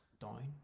down